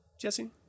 Jesse